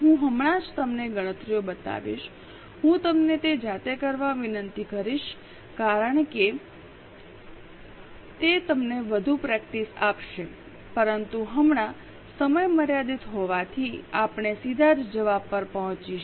હું હમણાં જ તમને ગણતરીઓ બતાવીશ હું તમને તે જાતે કરવા વિનંતી કરીશ કારણ કે તે તમને વધુ પ્રેક્ટિસ આપશે પરંતુ હમણાં સમય મર્યાદિત હોવાથી આપણે સીધા જ જવાબ પર પહોંચીશું